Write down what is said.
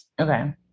Okay